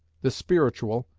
the spiritual,